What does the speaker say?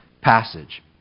passage